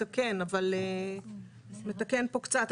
יש שם חלק שמתקן, הוא מתקן פה קצת.